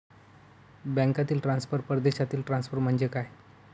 बँकांतील ट्रान्सफर, परदेशातील ट्रान्सफर म्हणजे काय?